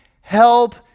help